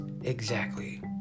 exactly